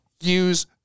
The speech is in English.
use